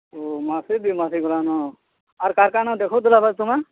ଓ ମାସେ ଦୁଇ ମାସ ହେଇଗଲାନ ଆର୍ କାହାର୍ କାଣା ଦେଖୁଥିଲ ତୁମେ